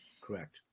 Correct